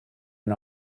and